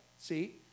See